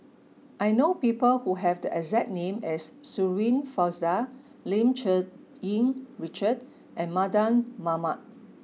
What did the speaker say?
I know people who have the exact name as Shirin Fozdar Lim Cherng Yih Richard and Mardan Mamat